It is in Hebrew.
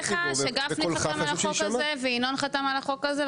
אני רק רוצה להגיד לך שגפני וינון חתמו על החוק הזה,